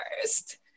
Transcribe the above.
first